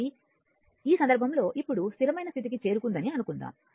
కాబట్టి ఈ సందర్భంలో ఇప్పుడు స్థిరమైన స్థితికి చేరుకుందని అనుకుందాం